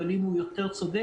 אבל אם הוא יותר צודק,